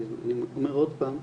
ואני אומר עוד פעם,